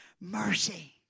mercy